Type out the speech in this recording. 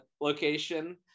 location